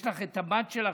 יש לך את הבת שלך,